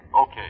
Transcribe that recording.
Okay